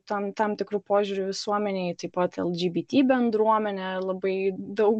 tam tam tikru požiūriu visuomenėj taip pat lgbt bendruomenė labai daug